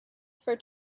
for